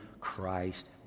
Christ